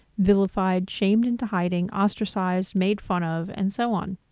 vilified, shamed into hiding, ostracized, made fun of and so on.